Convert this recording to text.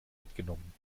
mitgenommen